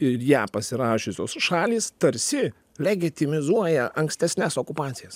ir ją pasirašiusios šalys tarsi legitimizuoja ankstesnes okupacijas